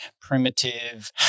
primitive